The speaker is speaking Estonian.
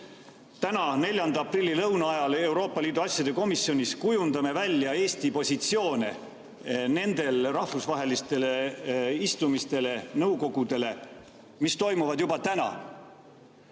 täna, 4. aprilli lõuna ajal Euroopa Liidu asjade komisjonis kujundame välja Eesti positsioone nendele rahvusvahelistele istumistele, nõukogudele, mis toimuvad juba täna.